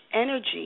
energy